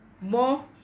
More